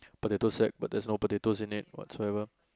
potato sack but there's no potatoes in it whatsoever